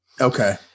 Okay